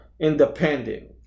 independent